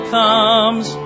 comes